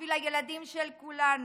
בשביל הילדים של כולנו.